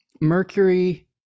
Mercury